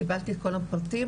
קיבלתי את כל הפרטים,